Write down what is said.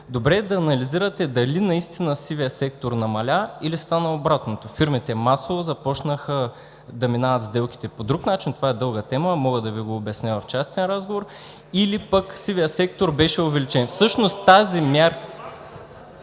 Добре е да анализирате дали наистина сивият сектор намаля, или стана обратното: фирмите масово започнаха да минават сделките по друг начин – това е дълга тема, мога да Ви го обясня в частен разговор – или пък сивият сектор беше увеличен? Всъщност тази мярка…